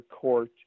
court